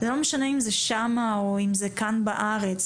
לא משנה אם זה שם או אם זה כאן בארץ,